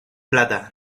plata